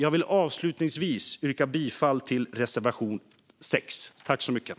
Jag vill avslutningsvis yrka bifall till reservation 6.